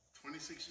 26